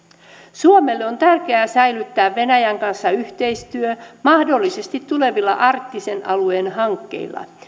suomelle on tärkeää säilyttää venäjän kanssa yhteistyö mahdollisesti tulevilla arktisen alueen hankkeilla